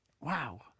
Wow